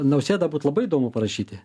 nausėdą būt labai įdomu parašyti